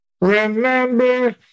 Remember